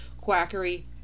quackery